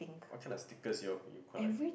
what kind of stickers you all you collect